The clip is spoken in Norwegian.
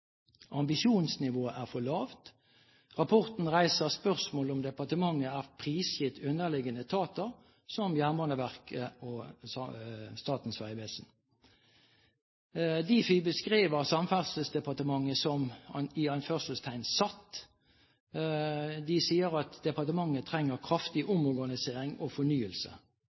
Ambisjonsnivået er for lavt. Rapporten reiser spørsmål om departementet er prisgitt underliggende etater som Jernbaneverket og Statens vegvesen. Difi beskriver Samferdselsdepartementet som «satt». De sier at departementet trenger kraftig omorganisering og fornyelse.